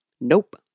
Nope